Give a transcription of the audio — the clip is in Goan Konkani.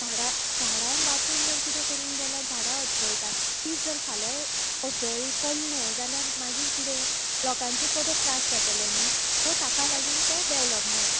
झाडां झाडांग वाचून जर कितें करूंक गेल्यार झाडां अडखळटा तींच जर फाल्यां कोसळ्ळीं पडलें जाल्यार मागीर कितें लोकांचे परत त्रास जातले न्हय सो ताका लागून तें डॅवलॉपमॅण